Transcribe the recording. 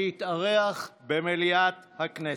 להתארח במליאת הכנסת.